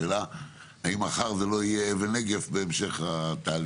השאלה היא אם מחר זה לא יהיה אבן נגף בהמשך התהליך,